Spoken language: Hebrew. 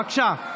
בבקשה,